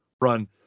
run